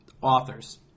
authors